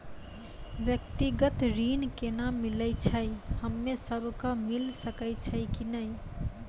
व्यक्तिगत ऋण केना मिलै छै, हम्मे सब कऽ मिल सकै छै कि नै?